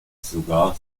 sogar